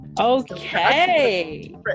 Okay